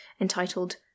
entitled